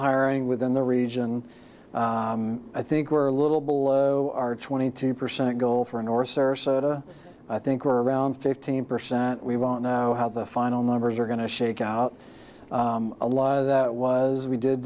hiring within the region i think were a little below our twenty two percent goal for nor sarasota i think we're around fifteen percent we want now how the final numbers are going to shake out a lot of that was we did